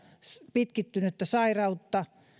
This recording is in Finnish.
pitkittynyttä sairautta